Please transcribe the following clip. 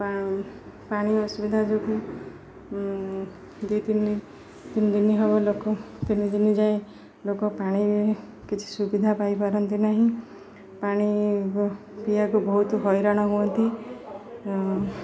ପାଣି ଅସୁବିଧା ଯୋଗୁଁ ଦୁଇ ତିନି ତିନି ଦିନ ହେବ ଲୋକ ତିନି ଦିନି ଯାଏ ଲୋକ ପାଣି କିଛି ସୁବିଧା ପାଇପାରନ୍ତି ନାହିଁ ପାଣି ପିଇବାକୁ ବହୁତ ହଇରାଣ ହୁଅନ୍ତି